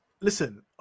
Listen